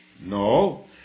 No